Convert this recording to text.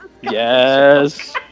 Yes